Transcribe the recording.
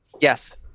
Yes